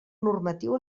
normatiu